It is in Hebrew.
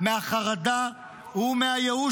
מהחרדה ומהייאוש,